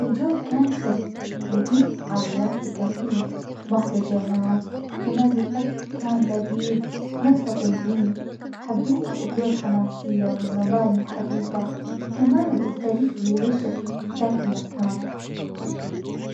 الجو كان حلو لقينا فعاليات ثقافية ومهرجانات كمان الأكل كان لذيذ. ناسها طيبين، حبيت الأجواء الحماسية والمباني الحديثة، كمان التاريخ اللي يعيشه ذاك المكان.